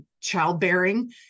childbearing